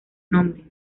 nombre